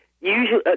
usually